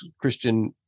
christian